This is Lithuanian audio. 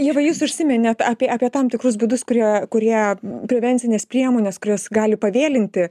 ieva jūs užsiminėt apie apie tam tikrus būdus kurie kurie prevencines priemones kurios gali pavėlinti